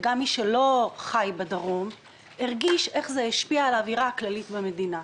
וגם מי שלא חי בדרום הרגיש איך זה השפיע על האווירה הכללית במדינה.